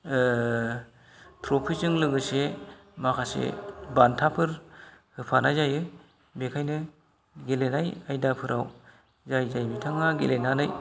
ट्रफिजों लोगोसे माखासे बान्थाफोर होफानाय जायो बेखायनो गेलेनाय आयदाफोराव जाय जाय बिथाङा गेलेनानै